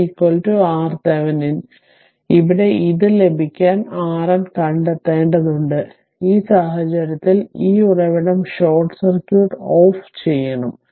അതിനാൽ ഇവിടെ ഇത് ലഭിക്കാൻ RN കണ്ടെത്തേണ്ടതുണ്ട് ആ സാഹചര്യത്തിൽ ഈ ഉറവിടം ഷോർട്ട് സർക്യൂട്ട് ഓഫ് ചെയ്യണം